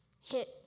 hit